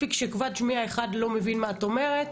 מספיק שכבד שמיעה אחד לא מבין מה את אומרת,